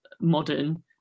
modern